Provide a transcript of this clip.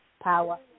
power